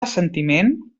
assentiment